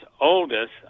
oldest